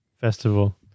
festival